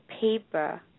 paper